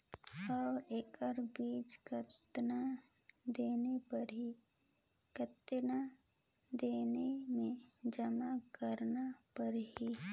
और एकर ब्याज कतना देना परही कतेक दिन मे जमा करना परही??